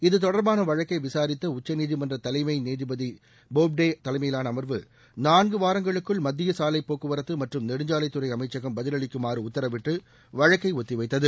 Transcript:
இது தொடர்பான வழக்கை விசாரித்த உச்சநீதிமன்ற தலைமை நீதிபதி பாப்டே தலைமையிலான அமர்வு நான்கு வாரங்களுக்குள் மத்திய சாலைப்போக்குவரத்து மற்றும் நெடுஞ்சாலைத்துறை அமைச்சகம் பதிலளிக்குமாறு உத்தரவிட்டு வழக்கை ஒத்தி வைத்தது